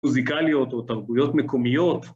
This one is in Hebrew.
מוזיקליות או תרבויות מקומיות.